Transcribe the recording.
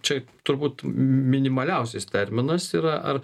čia turbūt minimaliausias terminas yra ar